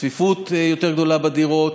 צפיפות יותר גדולה בדירות,